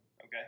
Okay